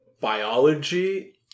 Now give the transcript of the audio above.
biology